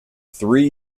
three